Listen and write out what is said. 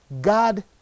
God